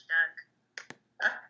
Doug